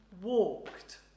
walked